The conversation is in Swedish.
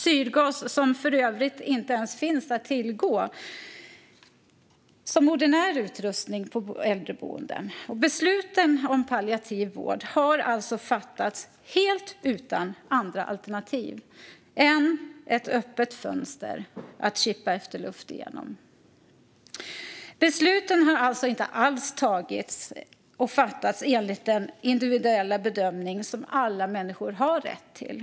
Syrgas finns för övrigt inte ens som ordinär utrustning på äldreboenden. Besluten om palliativ vård har alltså fattats helt utan andra alternativ än ett öppet fönster att kippa efter luft genom. Besluten har inte alls fattats enligt den individuella bedömning som alla människor har rätt till.